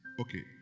Okay